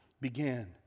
began